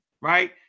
right